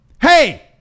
hey